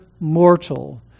mortal